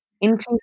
increase